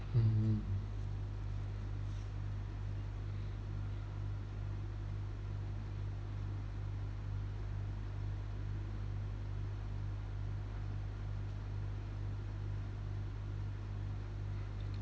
mm